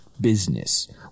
business